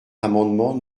l’amendement